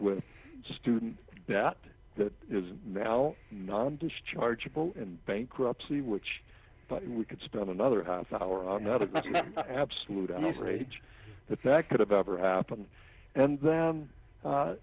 with student that that is now non dischargeable in bankruptcy which we could spend another half hour on not an absolute outrage that that could have ever happened and then